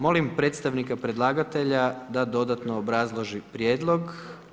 Molim predstavnika predlagatelja da dodatno obrazloži prijedlog.